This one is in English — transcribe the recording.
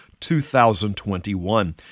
2021